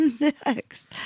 next